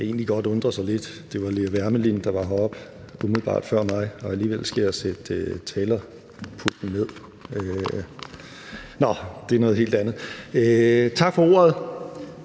egentlig godt undre sig lidt. Det var miljøminister Lea Wermelin, der var heroppe umiddelbart før mig, og alligevel skal jeg sætte talerpulten ned. Nå, det er noget helt andet. Tak for ordet.